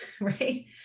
right